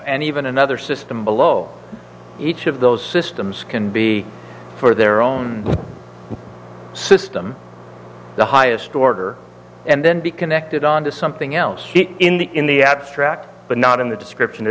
and even another system below each of those systems can be for their own system the highest order and then be connected on to something else in the in the abstract but not in the description